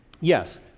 Yes